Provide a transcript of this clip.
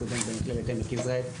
סטודנט במכללת עמק יזרעאל.